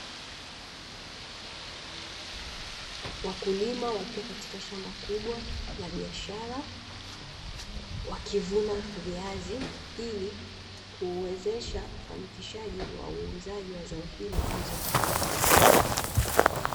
Wakulima wakiwa katika shamba kubwa la biashara, wakivuna viazi ili kuuwezesha ufanikishaji wa uuzaji wa zao hilo ili waweze kupata faida.